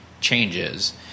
changes